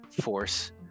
force